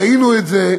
ראינו את זה,